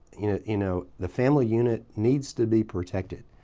you know you know, the family unit needs to be protected.